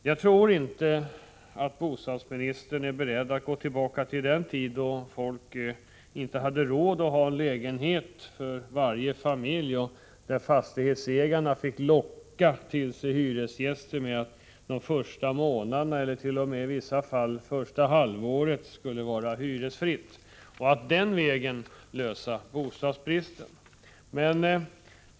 Jag tror inte att bostadsministern är beredd att gå tillbaka 103 heter för ungdomar att få en egen bostad till den tid då folk inte hade råd att ha en lägenhet för varje familj och då fastighetsägarna fick locka till sig hyresgäster med att de första månaderna eller i vissa fall t.o.m. de första sex månaderna skulle vara hyresfria, för att den vägen avhjälpa bostadsbristen.